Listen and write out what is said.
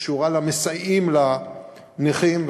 שקשורה למסייעים לנכים,